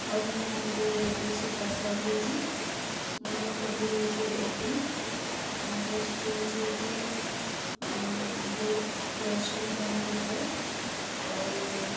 ଆଉ ମୁଁ ଦୁଇହଜାର ଏକୋଇଶରେ ପାସ୍ ଆଉଟ୍ ହୋଇଛି ମୋର ହବି ହେଉଛି ଆକଟିଂ ମୋର ଷ୍ଟ୍ରେଥ୍ ହେଉଛି ବହୁତ ପରିଶ୍ରମ କାମ କରିଥାଏ ଆଉ